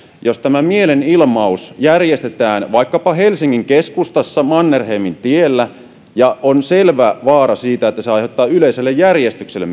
jos tämä mielenilmaus järjestetään vaikkapa helsingin keskustassa mannerheimintiellä ja on selvä vaara siitä että se aiheuttaa myös yleiselle järjestykselle